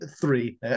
three